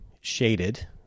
shaded